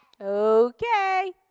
Okay